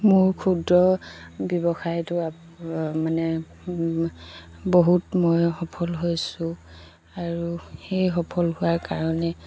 মোৰ ক্ষুদ্ৰ ব্যৱসায়টো মানে বহুত মই সফল হৈছোঁ আৰু সেই সফল হোৱাৰ কাৰণে